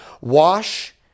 wash